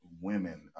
women